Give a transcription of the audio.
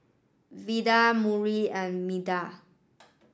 Vida Murry and Meda